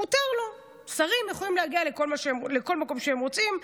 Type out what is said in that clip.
מותר לו, שרים יכולים להגיע לכל מקום שהם רוצים.